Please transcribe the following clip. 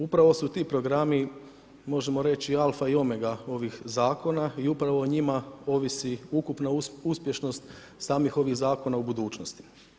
Upravo su ti programi, možemo reći alfa i omega ovih zakona i upravo o njima ovisi ukupna uspješnost samih ovih zakona u budućnosti.